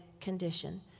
condition